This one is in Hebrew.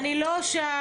אני לא שם.